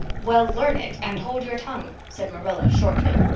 well, learn it and hold your tongue, said marilla shortly.